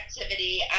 activity